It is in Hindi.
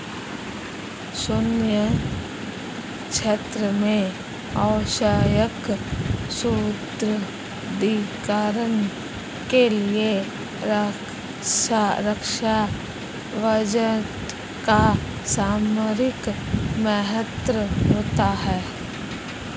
सैन्य क्षेत्र में आवश्यक सुदृढ़ीकरण के लिए रक्षा बजट का सामरिक महत्व होता है